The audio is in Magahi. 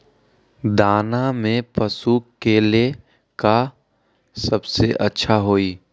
दाना में पशु के ले का सबसे अच्छा होई?